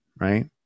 right